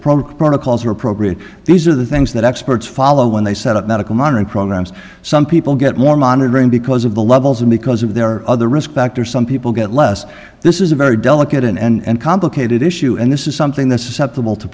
are appropriate these are the things that experts follow when they set up medical monitoring programs some people get more monitoring because of the levels and because of their other risk factor some people get less this is a very delicate and complicated issue and this is something that's susceptible to